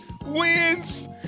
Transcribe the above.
wins